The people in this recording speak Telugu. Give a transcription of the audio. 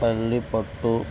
తల్లిపట్టు